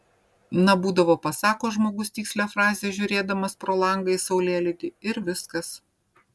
na būdavo pasako žmogus tikslią frazę žiūrėdamas pro langą į saulėlydį ir viskas